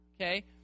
okay